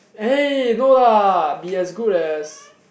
eh no lah be as good as